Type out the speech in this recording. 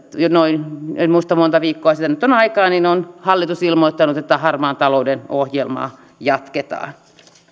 jo tästä en muista montako viikkoa siitä nyt on aikaa että hallitus on ilmoittanut että harmaan talouden ohjelmaa jatketaan